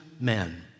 men